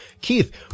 Keith